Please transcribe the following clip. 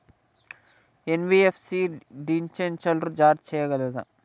NBFC డిబెంచర్లు జారీ చేయగలదా?